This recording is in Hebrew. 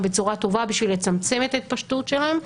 בצורה טובה בשביל לצמצם את ההתפשטות שלהם,